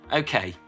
okay